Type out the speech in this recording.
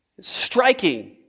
striking